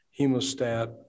hemostat